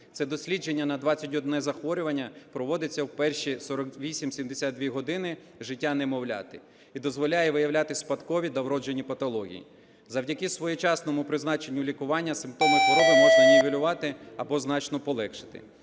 Це дослідження на 21 захворювання проводиться в перші 48-72 години життя немовляти і дозволяє виявляти спадкові та вродженні патології. Завдяки своєчасному призначенню лікування симптоми хвороби можна нівелювати або значно полегшити.